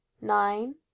Nine